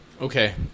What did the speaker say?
Okay